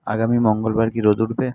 আগামী মঙ্গলবার কি রোদ উঠবে